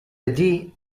allí